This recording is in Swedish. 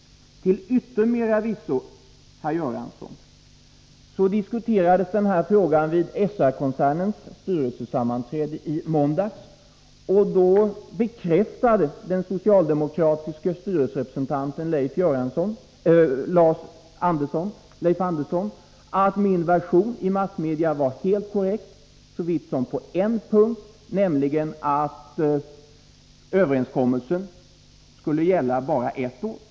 Till yttermera visso, herr Göransson, diskuterades den här frågan vid SR-koncernens styrelsesammanträde i måndags, och då bekräftade den socialdemokratiske styrelserepresentanten Leif Andersson att min version i massmedia var helt korrekt så när som på en punkt, nämligen att överenskommelsen skulle gälla bara ett år.